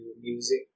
music